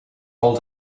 all